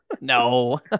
no